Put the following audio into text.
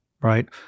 right